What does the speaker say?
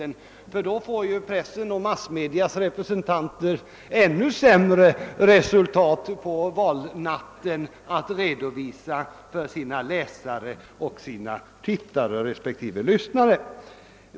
Annars får ju pressens och massmedias representanter ännu sämre siffror att redovisa på valnatten för sina läsare, tittare och lyssnare.